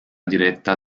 diretta